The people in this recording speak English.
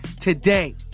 today